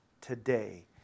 today